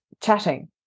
chatting